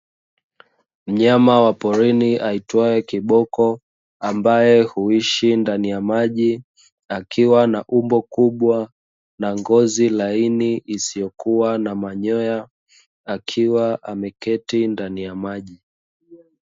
Mnyama wa porini aitwaye kiboko ambaye huishi ndani ya maji akiwa na umbo kubwa na ngozi laini isiyokuwa na manyoya akiwa ameketi ndani ya maji